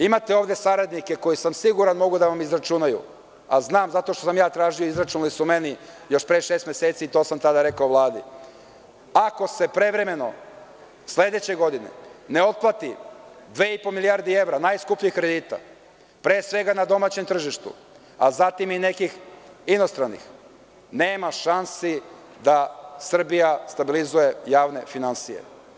Imate ovde saradnike koji, siguran sam, mogu da vam izračunaju, a znam zato što sam ja tražio, izračunali su meni još pre šest meseci, to sam tada rekao Vladi, ako se prevremeno sledeće godine ne otplati 2,5 milijardi evra najskupljih kredita, pre svega na domaćem tržištu, a zatim i nekih inostranih, nema šansi da Srbija stabilizuje javne finansije.